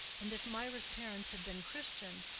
and if mirah's parents had been christian,